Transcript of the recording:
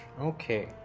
okay